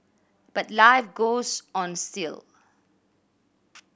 but life goes on still